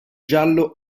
giallo